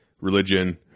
religion